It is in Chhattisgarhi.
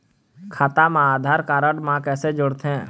खाता मा आधार कारड मा कैसे जोड़थे?